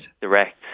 direct